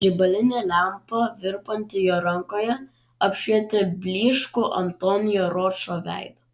žibalinė lempa virpanti jo rankoje apšvietė blyškų antonio ročo veidą